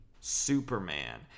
Superman